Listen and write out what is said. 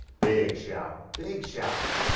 big shower, big shower.